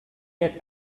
yet